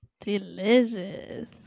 Delicious